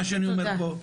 מה שאני אומר פה,